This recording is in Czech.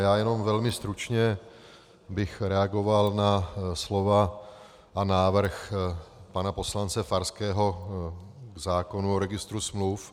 Já jenom velmi stručně bych reagoval na slova a návrh pana poslance Farského k zákonu o registru smluv.